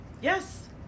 yes